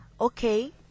Okay